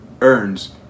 earns